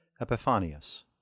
Epiphanius